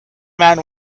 man